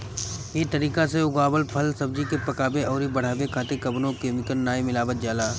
इ तरीका से उगावल फल, सब्जी के पकावे अउरी बढ़ावे खातिर कवनो केमिकल नाइ मिलावल जाला